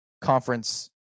conference